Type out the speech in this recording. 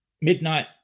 Midnight